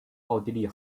奥地利